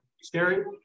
Scary